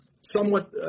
somewhat